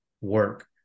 work